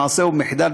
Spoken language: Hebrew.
במעשה או במחדל,